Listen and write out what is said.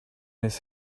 his